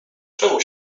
czemu